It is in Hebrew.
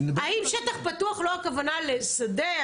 האם שטח פתוח לא הכוונה לשדה,